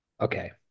okay